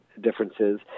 differences